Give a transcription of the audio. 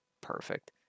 perfect